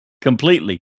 Completely